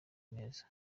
neza